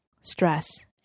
stress